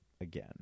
again